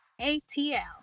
ATL